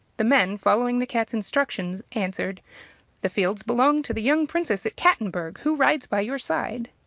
the men, following the cat's instructions, answered the fields belong to the young princess at cattenburg, who rides by your side.